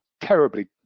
terribly